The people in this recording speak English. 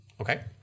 Okay